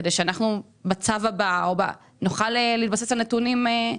כדי שאנחנו בצו הבא נוכל להתבסס על נתונים?